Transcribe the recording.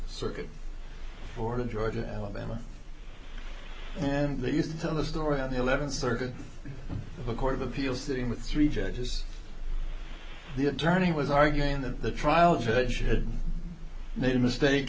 circuit court of georgia alabama and they used to tell the story on the eleventh circuit court of appeal sitting with three judges the attorney was arguing that the trial judge had made a mistake